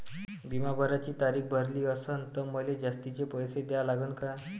बिमा भराची तारीख भरली असनं त मले जास्तचे पैसे द्या लागन का?